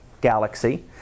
galaxy